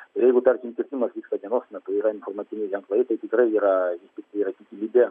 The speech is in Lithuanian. jeigu tarkim kirtimas vyksta dienos metu yra informaciniai ženklai tai tikrai yra vis tiktai yra tikimybė